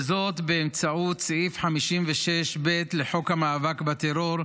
וזאת באמצעות סעיף 56(ב) לחוק המאבק בטרור,